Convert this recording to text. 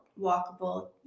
walkable